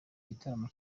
gitaramo